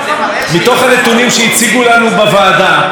אחת מקרנות הקולנוע הציגה את הפריסה.